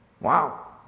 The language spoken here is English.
Wow